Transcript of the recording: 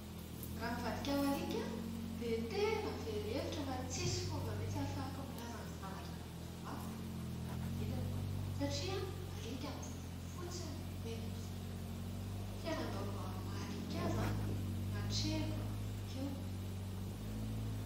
Raha mivadika ho alika aho, dia tena very hevitra fa tsy hisy fomba mihitsy ahafahako milaza ny zavatra nanjo ahy amin'ny manodidina. Satria alika mivovoha fotsiny no henon-dry zareo. Fiainam-baovao amin'ny maha alika ahy no tokony atrehiko manomboka eo.